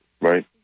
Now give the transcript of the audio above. right